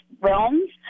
realms